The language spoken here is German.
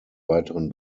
weiteren